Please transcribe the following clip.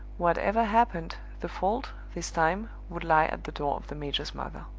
whatever happened, the fault, this time, would lie at the door of the major's mother.